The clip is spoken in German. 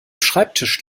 schreibtisch